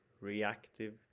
reactive